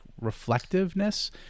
reflectiveness